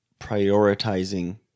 prioritizing